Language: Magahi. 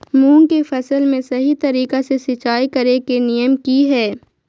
मूंग के फसल में सही तरीका से सिंचाई करें के नियम की हय?